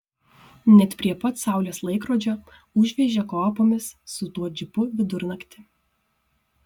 net prie pat saulės laikrodžio užvežė kopomis su tuo džipu vidurnaktį